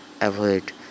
avoid